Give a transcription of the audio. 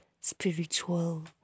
spiritual